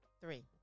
three